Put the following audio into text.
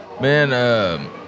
Man